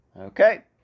Okay